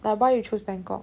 like why you choose bangkok